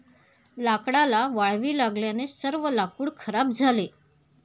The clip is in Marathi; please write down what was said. लाकडाला वाळवी लागल्याने सर्व लाकूड खराब झाले